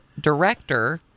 director